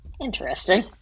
Interesting